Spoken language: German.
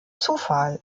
zufall